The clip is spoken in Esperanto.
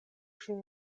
ŝin